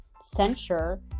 censure